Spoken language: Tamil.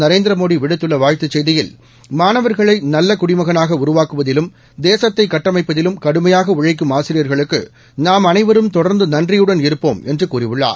நரேந்திர மோடி விடுத்துள்ள வாழ்த்துச் செய்தியில் மாணவர்களை நல்ல குடிமகளாக உருவாக்குவதிலும் தேசத்தை கட்டமைப்பதிலும் கடுமையாக உழைக்கும் ஆசிரியர்களுக்கு நாம் அனைவரும் தொடர்ந்து நன்றியுடன் இருப்போம் என்று கூறியுள்ளார்